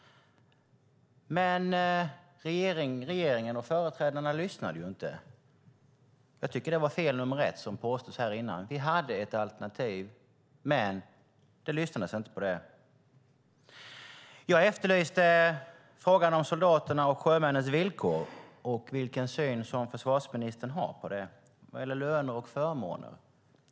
Men regeringen och de borgerliga företrädarna lyssnade inte. Jag tycker att det var fel nummer ett. Vi hade ett alternativ, men man lyssnade inte på det. Jag efterlyste frågan om soldaternas och sjömännens villkor och vilken syn försvarsministern har på den när det gäller löner och förmåner.